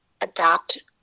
adapt